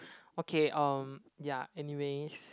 okay um ya anyways